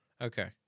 Okay